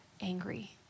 angry